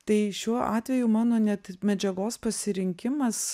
tai šiuo atveju mano net medžiagos pasirinkimas